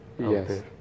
Yes